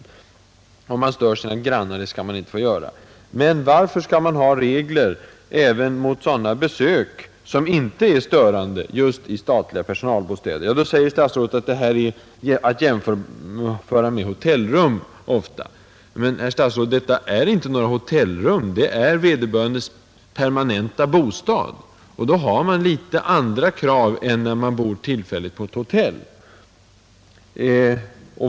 Man skall alltså inte få störa sina grannar, men varför skall det just i statliga personalbostäder finnas regler även mot besök som inte är störande? Herr statsrådet svarar att dessa rum ofta är jämförbara med hotellrum. Men, herr statsråd, det gäller inte några hotellrum utan vederbörandes permanenta bostad, och då har man litet andra krav än när man bor på ett hotell.